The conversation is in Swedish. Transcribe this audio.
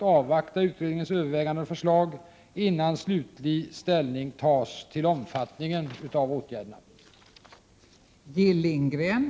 — innan luften blir hälsovådlig för dem som bor eller vistas där?